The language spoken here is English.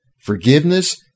Forgiveness